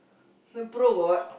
turn pro for what